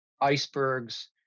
icebergs